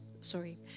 Sorry